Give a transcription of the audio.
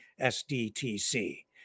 SDTC